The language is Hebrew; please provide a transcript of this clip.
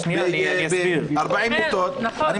זה